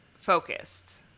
focused